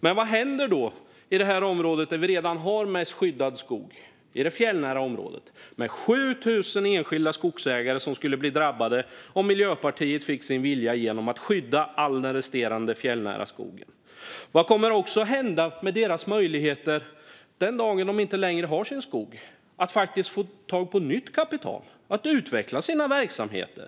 Men vad händer i det fjällnära området där det redan finns skyddad skog med 7 000 enskilda skogsägare som skulle bli drabbade om Miljöpartiet fick sin vilja igenom att skydda all den resterande fjällnära skogen? Vad kommer dessutom att hända med deras möjligheter den dagen de inte längre har sin skog för att få tag på nytt kapital för att utveckla sina verksamheter?